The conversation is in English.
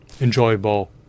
enjoyable